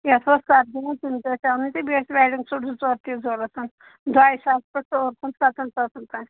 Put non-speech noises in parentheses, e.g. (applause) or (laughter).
یَتھ ٲس (unintelligible) اَنٕنۍ تہٕ بیٚیہِ ٲسۍ وٮ۪ڈِنگ سوٗٹ زٕ ژور تہِ ضوٚرَتھ دۄیہِ ساس پٮ۪ٹھ (unintelligible) سَتَن ساسَن تام